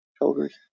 Shoulders